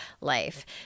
life